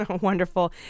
Wonderful